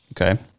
Okay